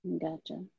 gotcha